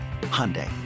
Hyundai